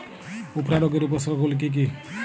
উফরা রোগের উপসর্গগুলি কি কি?